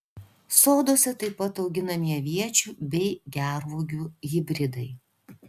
soduose taip pat auginami aviečių bei gervuogių hibridai